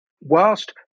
whilst